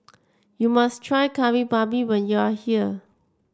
you must try Kari Babi when you are here